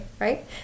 right